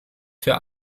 für